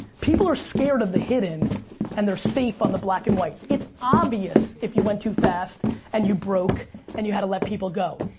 people are scared of the hidden and they're safe on the black and white. it's obvious if you went too fast and you broke and you had to let people go.